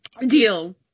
Deal